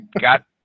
got